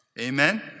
Amen